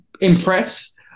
impress